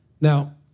Now